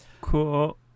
Cool